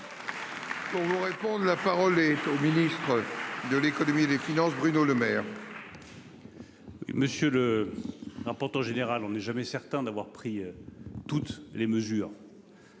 maison France. La parole est au ministre de l'Économie et des Finances Bruno Lemaire.-- Monsieur le. Rapporteur général, on n'est jamais certain d'avoir pris toutes les mesures.--